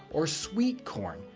or sweet corn,